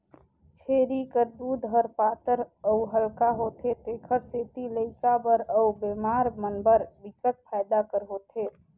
छेरी कर दूद ह पातर अउ हल्का होथे तेखर सेती लइका बर अउ बेमार मन बर बिकट फायदा कर होथे